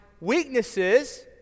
weaknesses